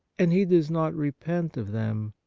and he does not repent of them,